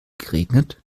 geregnet